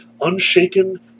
Unshaken